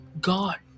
God